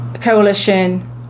Coalition